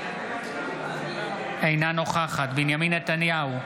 אינה נוכחת בנימין נתניהו,